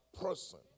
person